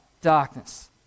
darkness